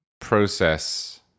process